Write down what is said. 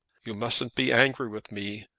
you mustn't be angry with me,